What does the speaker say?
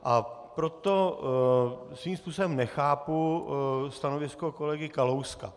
A proto svým způsobem nechápu stanovisko kolegy Kalouska.